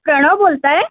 प्रणव बोलत आहे